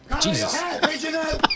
Jesus